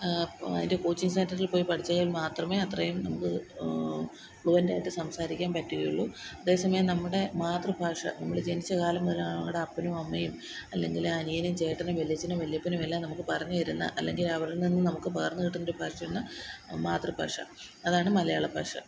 അതിൻ്റെ കോച്ചിങ്ങ് സെൻറ്ററിൽ പോയി പഠിച്ചെങ്കിൽ മാത്രമേ അത്രയും നമുക്ക് ഫ്ലുവൻറ്റായിട്ട് സംസാരിക്കാൻ പറ്റുകയുള്ളൂ അതേസമയം നമ്മുടെ മാതൃഭാഷ നമ്മള് ജനിച്ച കാലം മുതല് നമ്മുടെ അപ്പനും അമ്മയും അല്ലെങ്കില് അനിയനും ചേട്ടനും വല്യച്ചനും വല്യപ്പനുമെല്ലാം നമുക്ക് പറഞ്ഞ് തരുന്ന അല്ലെങ്കിലവരിൽ നിന്ന് നമുക്ക് പകർന്നു കിട്ടുന്നൊരു ഭാഷയാണ് മാതൃഭാഷ അതാണ് മലയാള ഭാഷ